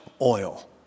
oil